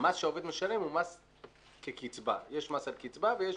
יש מס על קצבה.